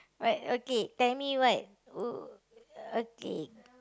right okay tell me what wh~ okay